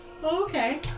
okay